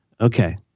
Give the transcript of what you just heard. Okay